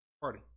party